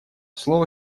слово